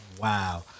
Wow